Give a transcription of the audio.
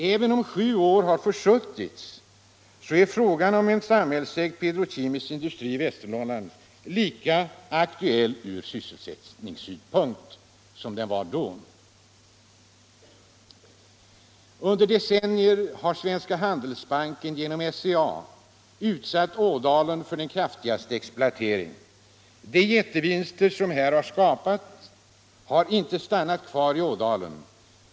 Även om sju år har försuttits är frågan om en samhällsägd petrokemisk industri i Västernorrland lika aktuell ur sysselsättningssynpunkt som den var då. Under decennier har Svenska Handelsbanken genom SCA utsatt Ådalen för den kraftigaste exploatering. De jättevinster som här har skapats har inte stannat kvar i Ådalen.